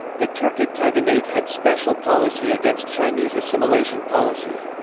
the turkic khaganate had special policy against chinese assimilation policy.